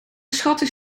schattig